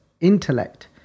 intellect